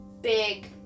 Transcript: big